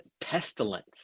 pestilence